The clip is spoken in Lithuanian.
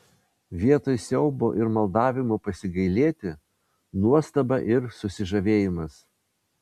vietoj siaubo ir maldavimo pasigailėti nuostaba ir susižavėjimas